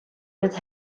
with